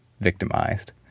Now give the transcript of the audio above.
victimized